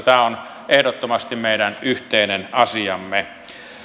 tämä on ehdottomasti meidän yhteinen asiamme